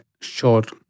short